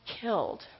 killed